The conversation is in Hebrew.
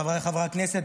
חבריי חברי הכנסת,